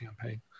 campaign